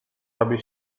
robi